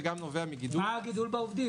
וגם מגידול ב -- מה הגידול בעובדים?